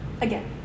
again